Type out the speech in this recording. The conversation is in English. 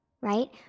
right